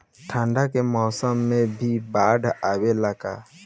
ठंडा के मौसम में भी बाढ़ आवेला का?